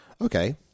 Okay